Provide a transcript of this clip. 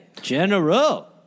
General